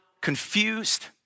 confused